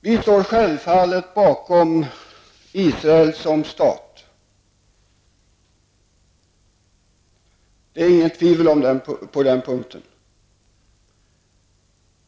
Vi står självfallet bakom Israel som stat. Det råder inget tvivel på den punkten.